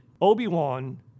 Obi-Wan